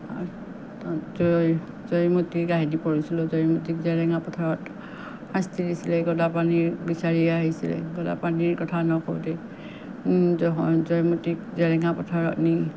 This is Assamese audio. আৰু জয় জয়মতীৰ কাহিনী পঢ়িছিলোঁ জয়মতীক জেৰেঙা পথাৰত শাস্তি দিছিলে গদাপাণিৰ বিচাৰি আহিছিলে গদাপাণিৰ কথা নকওঁতে জয়মতীক জেৰেঙা পথাৰত নি